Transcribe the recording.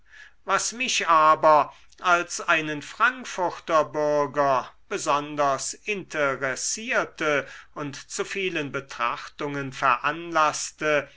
was mich aber als einen frankfurter bürger besonders interessierte und zu vielen betrachtungen veranlaßte